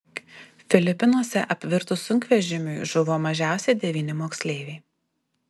filipinuose apvirtus sunkvežimiui žuvo mažiausiai devyni moksleiviai